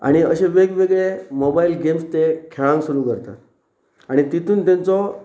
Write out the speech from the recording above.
आनी अशे वेगवेगळे मोबायल गेम्स ते खेळां सुरू करतात आनी तितून तेंचो